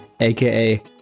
aka